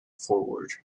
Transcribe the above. forward